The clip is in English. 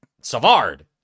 savard